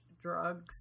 drugs